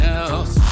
else